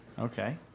Okay